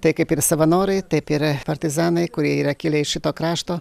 tai kaip ir savanoriai taip ir partizanai kurie yra kilę iš šito krašto